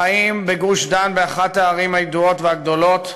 חיים בגוש-דן, באחת מהערים הידועות והגדולות,